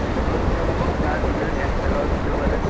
advance আপনি যা দেবেন এক টাকাও দিতে পারেন